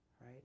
Right